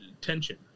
tension